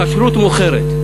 כשרות מוכרת,